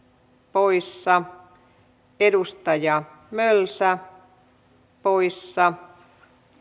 poissa edustaja mölsä poissa